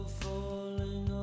falling